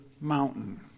mountain